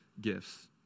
gifts